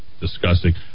disgusting